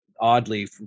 oddly